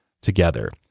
together